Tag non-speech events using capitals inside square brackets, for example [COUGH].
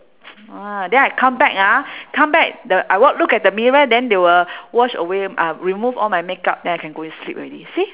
[NOISE] ah then I come back ah come back the I w~ look at the mirror then they will wash away uh remove all my makeup then I can go and sleep already see